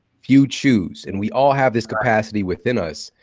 few choose. and we all have this capacity within us,